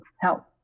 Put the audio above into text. help